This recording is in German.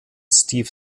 steve